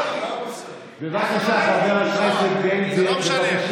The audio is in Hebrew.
בבקשה, חבר הכנסת בן גביר.